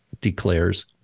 declares